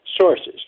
sources